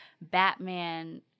Batman